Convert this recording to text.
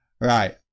Right